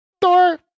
Thor